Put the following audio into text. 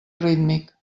rítmic